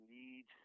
need